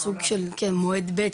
סוג של מועד ב׳,